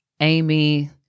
Amy